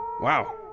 Wow